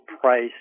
price